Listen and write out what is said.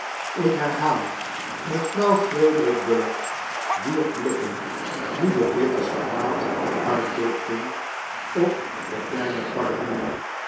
ik herhaal mevrouw frederic bullock wierp blikken die den bittersten haat uitdrukten op den kleinen parvenu